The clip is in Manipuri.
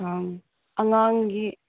ꯑꯥ ꯑꯉꯥꯡꯒꯤ